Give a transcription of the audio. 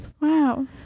Wow